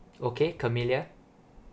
okay camilia